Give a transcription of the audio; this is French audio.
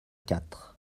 quatre